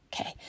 Okay